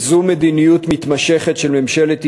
זו מדיניות מתמשכת של ממשלת ישראל,